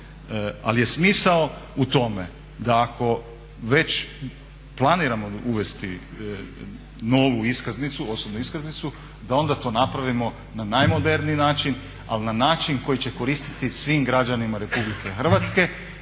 Ali je smisao u tome da ako već planiramo uvesti novu osobnu iskaznicu da onda to napravimo na najmoderniji način, ali na način koji će koristiti svim građanima Republike Hrvatske